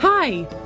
Hi